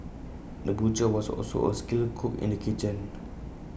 the butcher was also A skilled cook in the kitchen